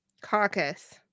caucus